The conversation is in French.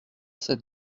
sept